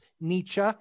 Nietzsche